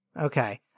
Okay